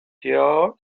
yours